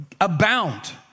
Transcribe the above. abound